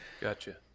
gotcha